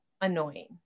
annoying